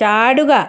ചാടുക